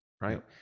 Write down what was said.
right